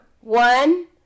One